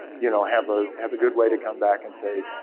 you know, have ah have a good way to come back and say,